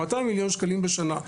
200 מיליון שקלים בשנה,